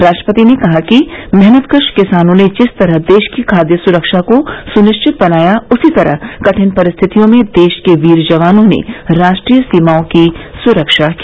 राष्ट्रपति ने कहा कि मेहनतकश किसानों ने जिस तरह देश की खाद्य सुरक्षा को सुनिश्चित बनाया उसी तरह कठिन परिस्थितियों में देश के वीर जवानों ने राष्ट्रीय सीमाओं की सुरक्षा की